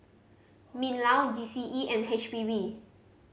MinLaw G C E and H P B